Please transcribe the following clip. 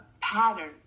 pattern